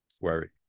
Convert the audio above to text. worry